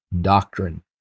doctrine